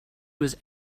was